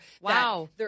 Wow